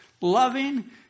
loving